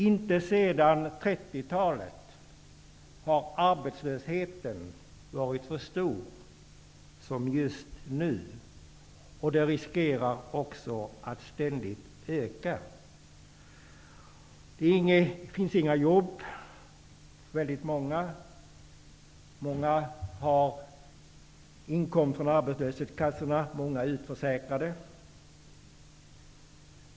Inte sedan 1930-talet har arbetslösheten varit så stor som just nu, och vi riskerar att den ständigt ökar. Det finns inga byggjobb. Många har inkomst från arbetslöshetskassorna, många är utförsäkrade.